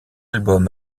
album